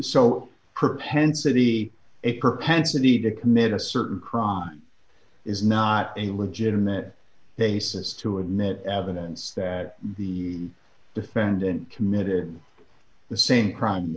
so propensity a propensity to commit a certain crime is not a legitimate basis to admit evidence that the defendant committed the same crime